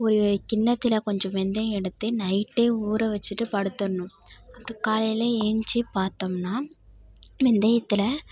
ஒரு கிண்ணத்தில் கொஞ்சம் வெந்தயம் எடுத்து நைட்டே ஊறவச்சிட்டு படுத்தடணும் அப்படி காலையில் ஏந்திச்சி பார்த்தோம்னா வெந்தயத்தில்